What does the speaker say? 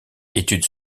études